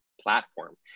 platform